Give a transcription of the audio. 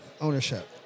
ownership